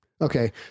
Okay